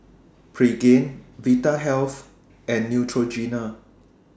Pregain Vitahealth and Neutrogena